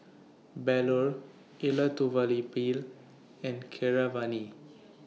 Bellur Elattuvalapil and Keeravani